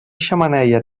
xemeneia